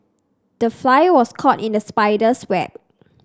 the fly was caught in the spider's web